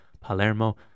Palermo